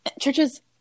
churches